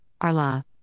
Arla